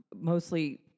mostly